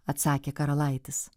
atsakė karalaitis